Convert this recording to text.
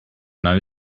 know